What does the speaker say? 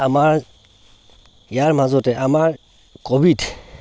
আমাৰ ইয়াৰ মাজতে আমাৰ ক'ভিড